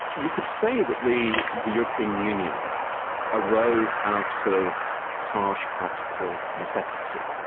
you could say that the the european union arose out of harsh practical necessity.